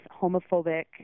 homophobic